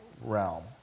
realm